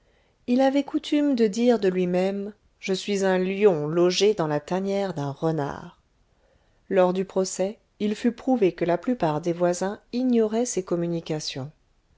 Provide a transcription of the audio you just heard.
il avait coutume de dire de lui-même je suis un lion logé dans la tanière d'un renard lors du procès il fut prouvé que la plupart des voisins ignoraient ces communications